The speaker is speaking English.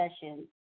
Sessions